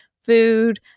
food